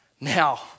now